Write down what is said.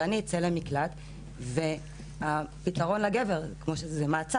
זה לא ייתכן שאני אצא למקלט והפתרון לגבר זה מעצר,